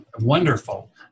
Wonderful